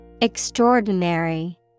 Extraordinary